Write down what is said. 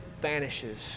vanishes